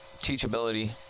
teachability